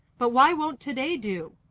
but why won't to-day do?